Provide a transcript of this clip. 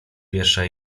pierwsza